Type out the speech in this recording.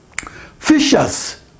Fisher's